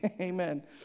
Amen